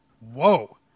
Whoa